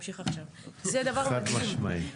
--- חד-משמעית.